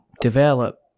develop